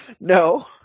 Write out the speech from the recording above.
No